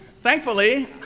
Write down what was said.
thankfully